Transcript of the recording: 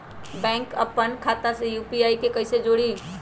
अपना बैंक खाता के यू.पी.आई से कईसे जोड़ी?